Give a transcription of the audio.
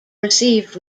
received